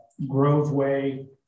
Groveway